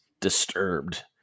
disturbed